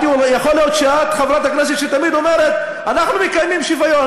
יכול להיות שאת חברת הכנסת שתמיד אומרת: אנחנו מקיימים שוויון.